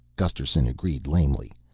gusterson agreed lamely.